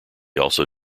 also